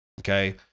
Okay